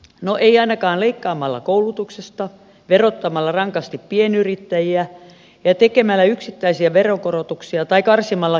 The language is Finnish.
no ei ainakaan leikkaamalla koulutuksesta verottamalla rankasti pienyrittäjiä ja tekemällä yksittäisiä veronkorotuksia tai karsimalla kilometrikorvauksia